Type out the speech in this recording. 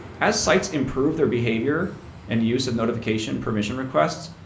as sites improve their behavior and use of notification permission requests,